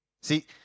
See